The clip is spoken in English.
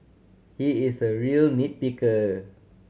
he is a real nit picker